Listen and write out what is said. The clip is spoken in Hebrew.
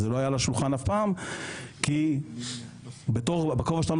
זה לא היה על השולחן אף פעם כי בכובע שלנו